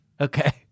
okay